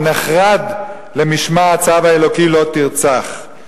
הוא נחרד למשמע הצו האלוקי "לא תרצח".